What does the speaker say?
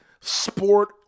sport